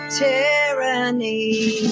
tyranny